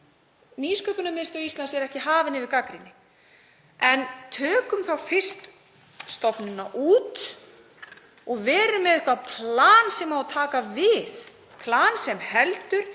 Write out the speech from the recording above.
Nýsköpunarmiðstöð Íslands er ekki hafin yfir gagnrýni, en tökum þá fyrst stofnunina út og verum með eitthvert plan sem á að taka við, plan sem heldur,